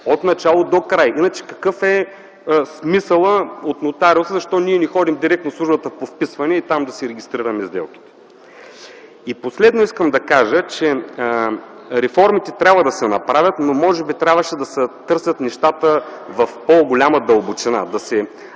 отначало докрай. Иначе какъв е смисълът от нотариус? Защо ние не ходим директно в службата по вписвания и там да си регистрираме сделките? Последно искам да кажа, че реформите трябва да се направят, но може би трябваше да се търсят нещата в по-голяма дълбочина,